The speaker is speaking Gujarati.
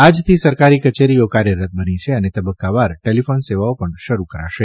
આજથી સરકારી કચેરીઓ કાર્યરત બની છે અને તબક્કાવાર ટેલીફોન સેવાઓ પણ શરૂ કરાશે